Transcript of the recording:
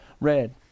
red